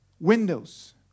windows